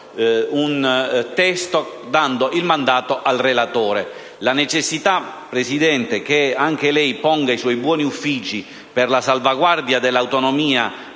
un testo dando il mandato al relatore a riferire in Assemblea. La necessità, Presidente, che anche lei ponga i suoi buoni uffici per la salvaguardia dell'autonomia